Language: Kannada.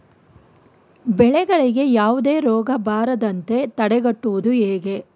ಬೆಳೆಗಳಿಗೆ ಯಾವುದೇ ರೋಗ ಬರದಂತೆ ತಡೆಗಟ್ಟುವುದು ಹೇಗೆ?